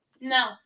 no